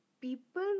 people